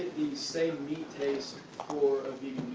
same meat taste for